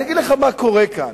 אני אגיד לך מה קורה כאן.